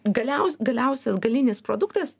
galiaus galiausiai augalinis produktas